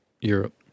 Europe